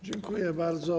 Dziękuję bardzo.